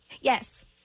Yes